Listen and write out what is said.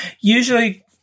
usually